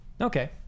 Okay